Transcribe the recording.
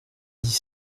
dix